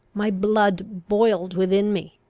my blood boiled within me.